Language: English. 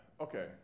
okay